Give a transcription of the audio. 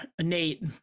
Nate